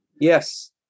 Yes